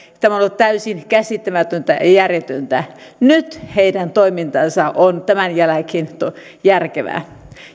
tämä on ollut täysin käsittämätöntä ja järjetöntä nyt heidän toimintansa on tämän jälkeen järkevää